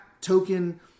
token